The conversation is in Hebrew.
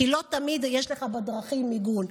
כי לא תמיד יש לך בדרכים מיגון.